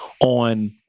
on